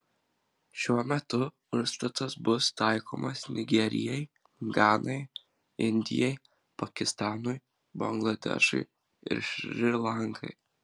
šiuo metu užstatas bus taikomas nigerijai ganai indijai pakistanui bangladešui ir šri lankai